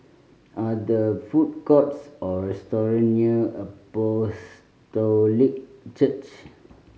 are the food courts or restaurant near Apostolic Church